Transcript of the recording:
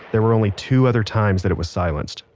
there were only two other times that it was silenced.